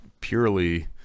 purely